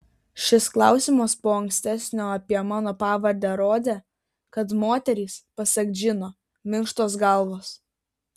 šis klausimas po ankstesnio apie mano pavardę rodė kad moteris pasak džino minkštos galvos